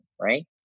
Right